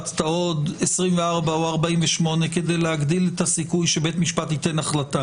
טבעי יש בו אינסנטיב לניפוח לתביעות חוב.